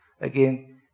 Again